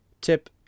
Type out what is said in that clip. Tip